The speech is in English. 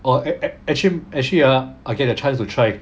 !wah! eh act~ actually actually uh I get the chance to try